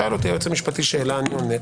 שאל אותי היועץ המשפטי שאלה אני עונה.